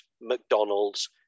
mcdonald's